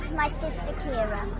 my sister keira.